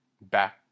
back